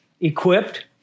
equipped